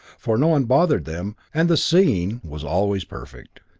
for no one bothered them, and the seeing was always perfect.